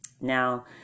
Now